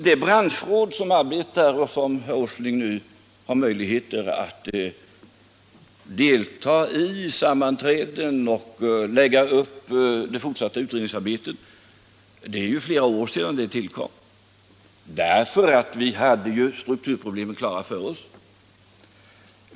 Det branschråd som arbetar och som herr Åsling nu har möjligheter att delta i genom sammanträden och lägga upp det fortsatta utredningsarbetet för, tillkom ju för flera år sedan därför att vi hade strukturproblemen klara för oss.